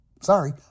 Sorry